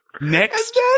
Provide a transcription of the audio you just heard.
Next